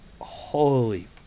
holy